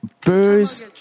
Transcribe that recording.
birds